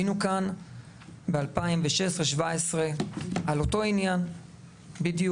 היינו כאן ב-2016-2017 על אותו עניין בדיוק.